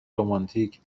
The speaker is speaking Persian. رمانتیک